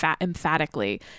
emphatically